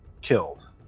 killed